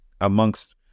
amongst